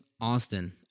Austin